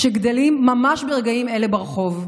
שגדלים ממש ברגעים אלה ברחוב,